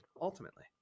ultimately